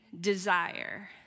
desire